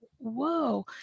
whoa